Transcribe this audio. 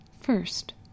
First